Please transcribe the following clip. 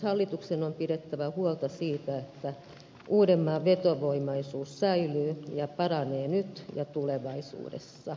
hallituksen on pidettävä huolta siitä että uudenmaan vetovoimaisuus säilyy ja paranee nyt ja tulevaisuudessa